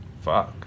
Fuck